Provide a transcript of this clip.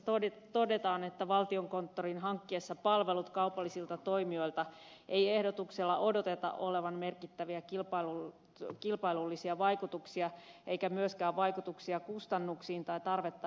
esityksessä todetaan että valtiokonttorin hankkiessa palvelut kaupallisilta toimijoilta ei ehdotuksella odoteta olevan merkittäviä kilpailullisia vaikutuksia eikä myöskään vaikutuksia kustannuksiin tai tarvetta henkilölisäyksiin